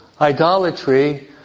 idolatry